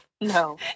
no